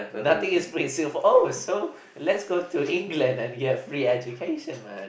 nothing is free in Singapore oh so lets go to England and get free education man